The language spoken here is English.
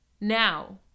now